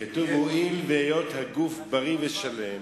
כתוב: "הואיל והיות הגוף בריא ושלם